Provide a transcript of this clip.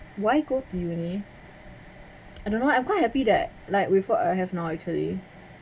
why go to uni I don't know I'm quite happy that like with what I have now actually